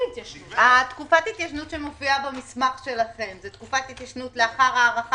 הם יתנהלו גם בארבע